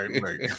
right